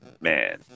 Man